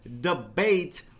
debate